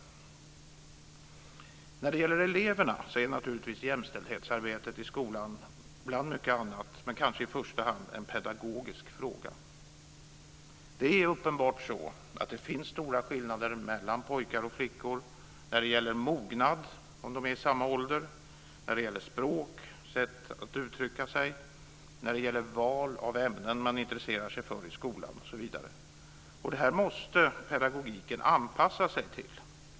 När det gäller eleverna är naturligtvis jämställdhetsarbetet i skolan, bland mycket annat men kanske i första hand, en pedagogisk fråga. Det är uppenbart så att det finns stora skillnader mellan pojkar och flickor: när det gäller mognad om de är i samma ålder, när det gäller språk och sätt att uttrycka sig, när det gäller val av ämnen som man intresserar sig för i skolan osv. Det här måste pedagogiken anpassa sig till.